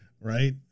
Right